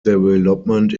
development